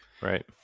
Right